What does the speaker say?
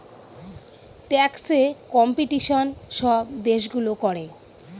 ট্যাক্সে কম্পিটিশন সব দেশগুলো করে